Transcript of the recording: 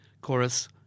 Chorus